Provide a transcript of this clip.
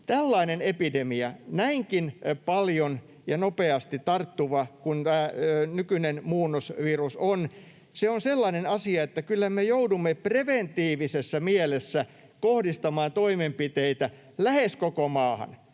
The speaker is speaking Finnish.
tällainen epidemia, näinkin paljon ja nopeasti tarttuva kuin tämä nykyinen muunnosvirus on, on sellainen asia, että kyllä me joudumme preventiivisessä mielessä kohdistamaan toimenpiteitä lähes koko maahan